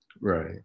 Right